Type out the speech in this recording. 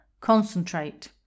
Concentrate